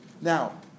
Now